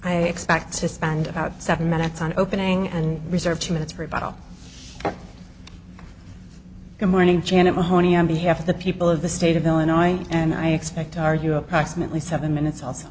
i expect to spend about seven minutes on opening and reserve two minutes rebuttal good morning janet mahoney on behalf of the people of the state of illinois and i expect to argue approximately seven minutes also